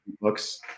books